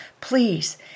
please